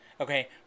Okay